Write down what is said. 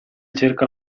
cerca